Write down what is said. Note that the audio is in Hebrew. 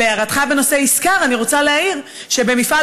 ולהערתך בנושא ישקר אני רוצה להעיר שבמפעל